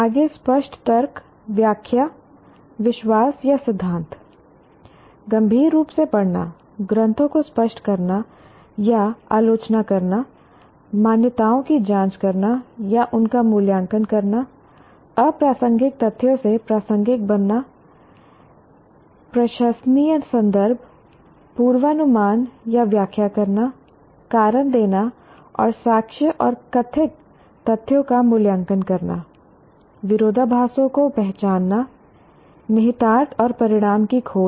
आगे स्पष्ट तर्क व्याख्या विश्वास या सिद्धांत गंभीर रूप से पढ़ना ग्रंथों को स्पष्ट करना या आलोचना करना मान्यताओं की जांच करना या उनका मूल्यांकन करना अप्रासंगिक तथ्यों से प्रासंगिक बनाना प्रशंसनीय संदर्भ पूर्वानुमान या व्याख्या करना कारण देना और साक्ष्य और कथित तथ्यों का मूल्यांकन करना विरोधाभासों को पहचानना निहितार्थ और परिणाम की खोज